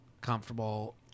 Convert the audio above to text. comfortable